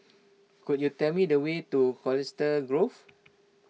could you tell me the way to Colchester Grove